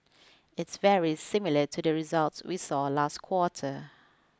it's very similar to the results we saw last quarter